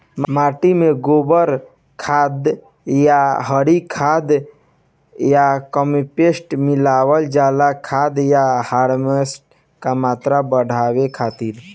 माटी में गोबर खाद या हरी खाद या कम्पोस्ट मिलावल जाला खाद या ह्यूमस क मात्रा बढ़ावे खातिर?